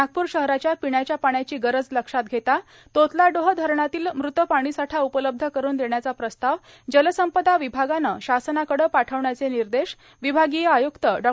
नागपूर शहराच्या पिण्याच्या पाण्याची गरज लक्षात घेता तोतलाडोह धरणातील मृत पाणीसाठा उपलब्ध करून देण्याचा प्रस्ताव जलसंपदा वभागानं शासनाकडे पाठवण्याचे निदश विभागीय आयुक्त डॉ